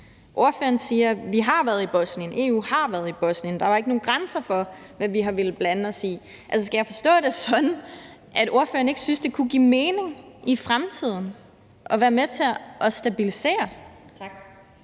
Ordføreren siger, at vi har været i Bosnien, EU har været i Bosnien, og der var ikke nogen grænser for, hvad vi har villet blande os i. Skal jeg forstå det sådan, at ordføreren ikke synes, det kunne give mening i fremtiden at være med til at stabilisere?